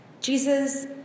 Jesus